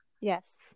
yes